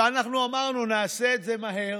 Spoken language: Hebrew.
ואנחנו אמרנו: נעשה את זה מהר